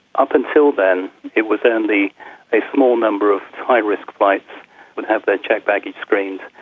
up until then it was only a small number of high risk flights would have their checked baggage screened.